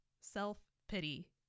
self-pity